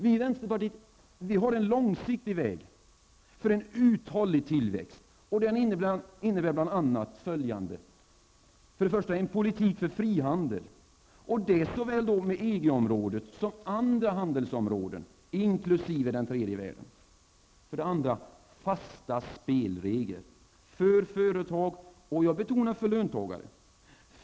Vi i vänsterpartiet har en långsiktig väg för en uthållig tillväxt. Den innebär bl.a. följande: 1. En politik för frihandel, och detta såväl med EG området som med andra handelsområden inkl. den tredje världen. 2. Fasta spelregler för företag och, jag betonar, för löntagarna.